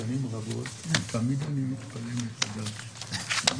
הישיבה ננעלה בשעה 13:18.